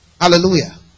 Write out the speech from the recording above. Hallelujah